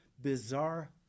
bizarre